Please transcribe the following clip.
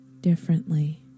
differently